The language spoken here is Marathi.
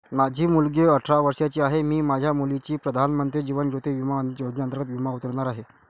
माझी मुलगी अठरा वर्षांची आहे, मी माझ्या मुलीचा प्रधानमंत्री जीवन ज्योती विमा योजनेअंतर्गत विमा उतरवणार आहे